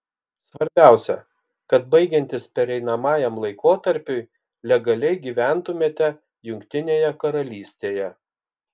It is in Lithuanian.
svarbiausia kad baigiantis pereinamajam laikotarpiui legaliai gyventumėte jungtinėje karalystėje